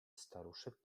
staruszek